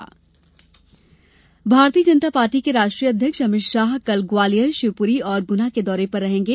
भाजपा अध्यक्ष भारतीय जनता पार्टी के राष्ट्रीय अध्यक्ष अमित शाह कल ग्वालियर शिवपुरी और गुना के दौरे पर रहेंगे